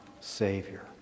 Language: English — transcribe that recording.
Savior